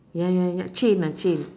ya ya ya chain uh chain